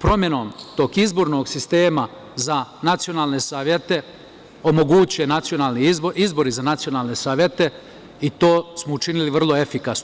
promenom tog izbornog sistema za nacionalne savete omoguće izbori za nacionalne savete i to smo učinili vrlo efikasno.